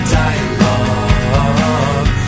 dialogue